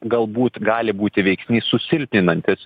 galbūt gali būti veiksnys susilpninantis